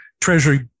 treasury